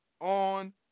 on